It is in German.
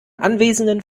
anwesenden